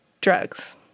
drugs